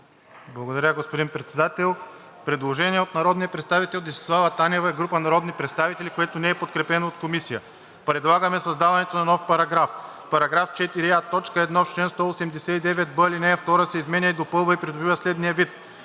Благодаря, господин Председател. Предложение от народния представител Десислава Танева и група народни представители, което не е подкрепено от Комисията. „Предлагаме създаването на нов параграф: „§ 4а. Точка 1. В чл.189б ал. 2 се изменя и допълва и придобива следния вид: